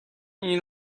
این